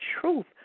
truth